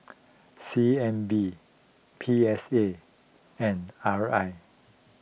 C N B P S A and R I